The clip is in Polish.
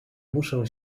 muszę